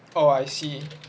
oh I see